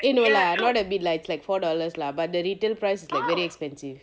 eh no lah not a bit lah it's like four dollars lah but the retail price is like very expensive